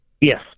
Yes